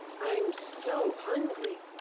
i'm so hungry